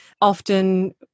often